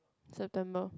September